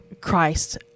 Christ